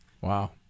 Wow